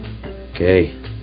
Okay